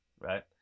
right